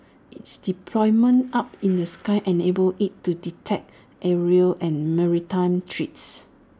it's deployment up in the sky enables IT to detect aerial and maritime threats